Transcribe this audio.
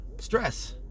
stress